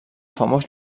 famós